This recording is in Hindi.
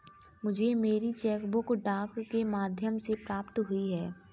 मुझे मेरी चेक बुक डाक के माध्यम से प्राप्त हुई है